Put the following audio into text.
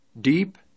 deep